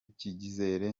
cyizere